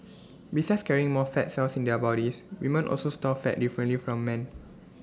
besides carrying more fat cells in their bodies women also store fat differently from men